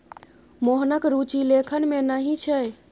मोहनक रुचि लेखन मे नहि छै